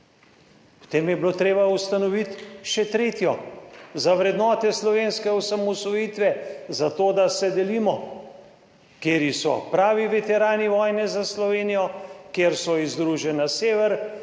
potem je bilo treba ustanoviti še tretjo, za vrednote slovenske osamosvojitve, zato, da se delimo kateri so pravi veterani vojne za Slovenijo, kjer so iz Združenja Sever,